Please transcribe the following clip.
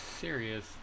serious